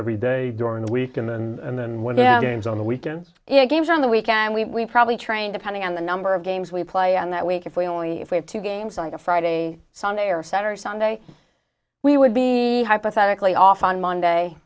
every day during the week and then with games on the weekends you know games on the weekend we probably train depending on the number of games we play on that week if we only if we have two games like a friday sunday or saturday sunday we would be hypothetically off on monday